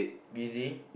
busy